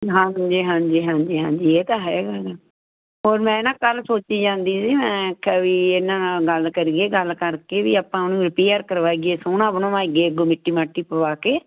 ਹਾਂਜੀ ਹਾਂਜੀ ਹਾਂਜੀ ਹਾਂਜੀ ਇਹ ਤਾਂ ਹੈਗਾ ਨਾ ਹੋਰ ਮੈਂ ਨਾ ਕੱਲ੍ਹ ਸੋਚੀ ਜਾਂਦੀ ਸੀ ਮੈਂ ਖਾਂ ਵੀ ਇਹਨਾਂ ਨਾਲ ਗੱਲ ਕਰੀਏ ਗੱਲ ਕਰਕੇ ਵੀ ਆਪਾਂ ਉਹਨੂੰ ਰਿਪੀਆਰ ਕਰਵਾਈਏ ਸੋਹਣਾ ਬਣਵਾਈਏ ਅੱਗੋਂ ਮਿੱਟੀ ਮਾਟੀ ਪਵਾ ਕੇ